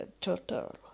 total